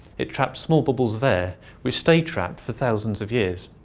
it trapped small bubbles of air, which stay trapped for thousands of years.